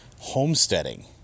homesteading